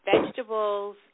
vegetables